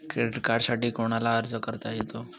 Credit कार्डसाठी कोणाला अर्ज करता येतो?